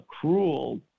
cruel